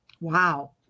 Wow